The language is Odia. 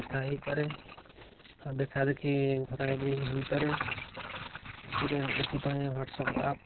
କଥା ହେଇପାରେ ଆଉ ଦେଖା ଦେଖି ଘରେ ବି ହେଇପାରେ ଏଥିରେ ଏଥିପାଇଁ ହ୍ଵାଟସପ୍ ଆପ୍